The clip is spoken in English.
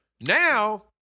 Now